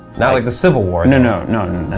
not like the civil war. no, no, no,